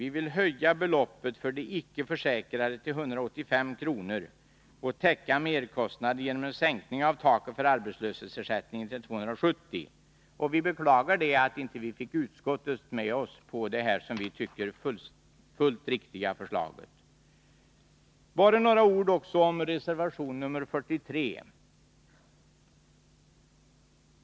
Vi vill höja beloppet för de icke försäkrade till 185 kr. och täcka merkostnaden genom en sänkning av taket för arbetslöshetsersättningen till 270 kr. Vi beklagar att vi inte fick utskottet med oss på detta, som vi tycker, fullt riktiga förslag. Bara några ord också om reservation nr 43.